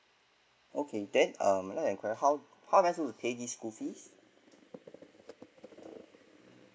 okay then um l would like to enquire how how am I going to pay this school fees